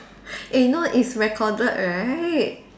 eh you know it's recorded right